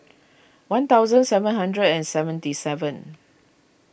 one thousand seven hundred and seventy seven